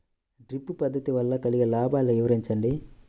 Drip పద్దతి వల్ల కలిగే లాభాలు వివరించండి?